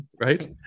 right